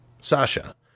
Sasha